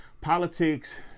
politics